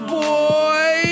boy